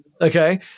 Okay